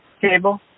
cable